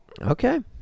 Okay